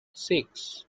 six